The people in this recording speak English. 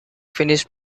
finish